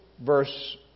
verse